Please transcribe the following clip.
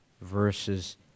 verses